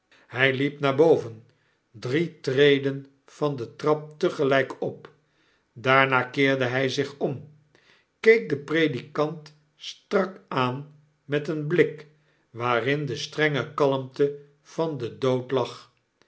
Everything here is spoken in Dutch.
hy liep naar boven drie treden van de trap tegelyk op daarna keerde hy zich om keek den predikant strak aan met een bhk waarin de strenge kalmte van den dood lag